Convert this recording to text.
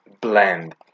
blend